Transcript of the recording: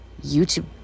youtube